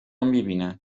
میبینن